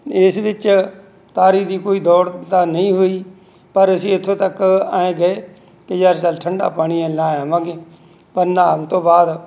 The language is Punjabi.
ਇਸ ਵਿੱਚ ਤਾਰੀ ਦੀ ਕੋਈ ਦੌੜ ਤਾਂ ਨਹੀਂ ਹੋਈ ਪਰ ਅਸੀਂ ਇੱਥੇ ਤੱਕ ਐਂ ਗਏ ਕਿ ਯਾਰ ਚੱਲ ਠੰਡਾ ਪਾਣੀ ਆ ਨਹਾ ਆਵਾਂਗੇ ਪਰ ਨਹਾਉਣ ਤੋਂ ਬਾਅਦ